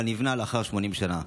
אבל נבנה לאחר 80 שנה.